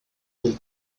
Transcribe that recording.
del